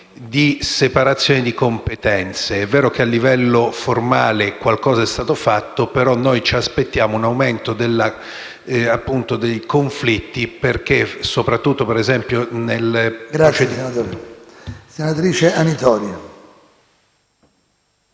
di separazione di competenze. È vero che al livello formale qualcosa è stato fatto, però noi ci aspettiamo un aumento dei conflitti perché, soprattutto, per esempio... *(Il microfono